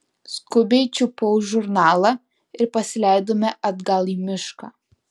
skubiai čiupau žurnalą ir pasileidome atgal į mišką